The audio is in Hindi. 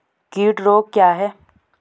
कीट रोग क्या है?